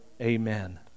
Amen